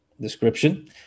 description